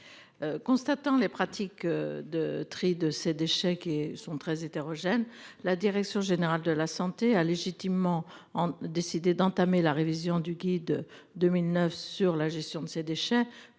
Constatant les pratiques de tri de ces déchets qui sont très hétérogènes. La direction générale de la Santé a légitimement en décidé d'entamer la révision du Guide 2009 sur la gestion de ces déchets